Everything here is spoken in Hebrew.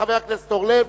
חבר הכנסת אורלב,